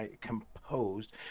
composed